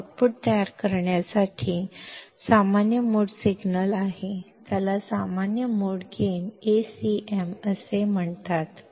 output ಅನ್ನು ನೀಡಲು ಇದು ಗೈನ್ ಅನ್ನು ಬಳಸಿಕೊಂಡು ಕಾಮನ್ ಮೋಡ್ ಸಿಗ್ನಲ್ ಅನ್ನು ಅಂಪ್ಲಿಫ್ಯ್ ಮಾಡುತ್ತದೆ